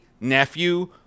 nephew